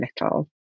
little